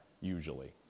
usually